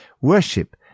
Worship